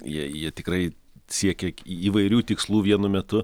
jei jie tikrai siekia įvairių tikslų vienu metu